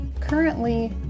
currently